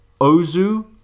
Ozu